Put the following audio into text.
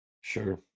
Sure